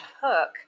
Hook